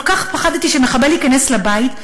כל כך פחדתי שמחבל ייכנס לבית,